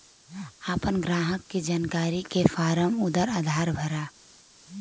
आपन ग्राहक के जानकारी के फारम अउर आधार भरा